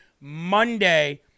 Monday